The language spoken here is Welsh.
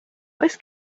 oes